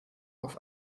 auf